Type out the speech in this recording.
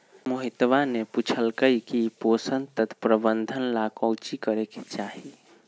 मोहितवा ने पूछल कई की पोषण तत्व प्रबंधन ला काउची करे के चाहि?